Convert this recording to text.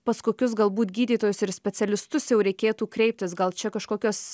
pas kokius galbūt gydytojus ir specialistus jau reikėtų kreiptis gal čia kažkokios